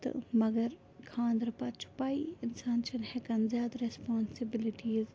تہٕ مگر خانٛدرٕ پتہٕ چھِ پَیی اِنسان چھُنہٕ ہٮ۪کان زیادٕ رٮ۪سپانسِبلِٹیٖز